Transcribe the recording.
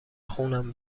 خونم